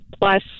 plus